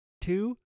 two